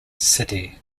city